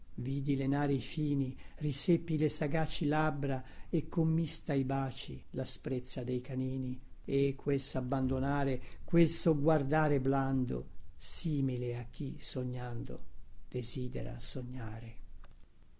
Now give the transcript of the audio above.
vidi le nari fini riseppi le sagaci labbra e commista ai baci asprezza dei canini e quel sabbandonare quel sogguardare blando simile a chi sognando desidera sognare